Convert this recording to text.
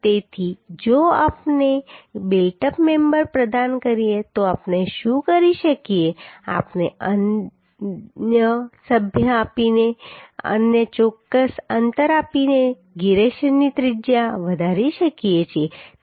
તેથી જો આપણે બિલ્ટ અપ મેમ્બર પ્રદાન કરીએ તો આપણે શું કરી શકીએ આપણે અન્ય સભ્ય આપીને અને ચોક્કસ અંતર આપીને જીરેશનની ત્રિજ્યા વધારી શકીએ છીએ